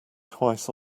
twice